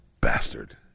Bastard